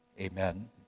amen